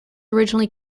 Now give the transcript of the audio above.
originally